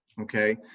Okay